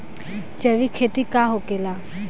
जैविक खेती का होखेला?